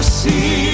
see